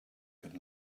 could